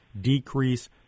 decrease